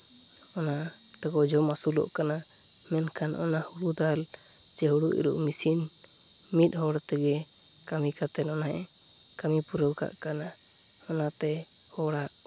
ᱚᱱᱟ ᱛᱮᱠᱚ ᱡᱚᱢ ᱟᱹᱥᱩᱞᱚᱜ ᱠᱟᱱᱟ ᱢᱮᱱᱠᱷᱟᱱ ᱚᱱᱟ ᱦᱳᱲᱳ ᱫᱟᱞ ᱪᱮ ᱦᱳᱲᱳ ᱤᱨᱚᱜ ᱢᱮᱹᱥᱤᱱ ᱢᱤᱫ ᱦᱚᱲ ᱛᱮᱜᱮ ᱠᱟᱹᱢᱤ ᱠᱟᱛᱮ ᱚᱱᱟᱭ ᱠᱟᱹᱢᱤ ᱯᱩᱨᱟᱹᱣ ᱠᱟᱜ ᱠᱟᱱᱟ ᱚᱱᱟᱛᱮ ᱦᱚᱲᱟᱜ